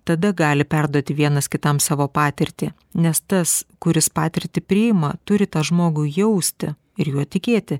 tada gali perduoti vienas kitam savo patirtį nes tas kuris patirtį priima turi tą žmogų jausti ir juo tikėti